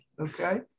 okay